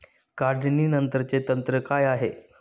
काढणीनंतरचे तंत्र काय आहे?